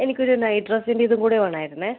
എനിക്കൊരു നൈറ്റ് ഡ്രസ്സിൻ്റെ ഇതുംകൂടെ വേണമായിരുന്നേ